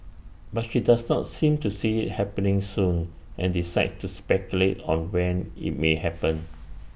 but she does not seem to see IT happening soon and declines to speculate on when IT may happen